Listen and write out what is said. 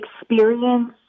experience